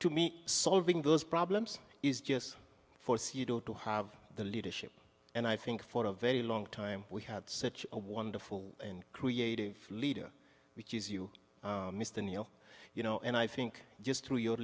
to me solving those problems is just force you don't have the leadership and i think for a very long time we had such a wonderful creative leader which is you mr neal you know and i think just through your